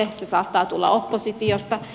se saattaa tulla oppositiosta